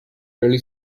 early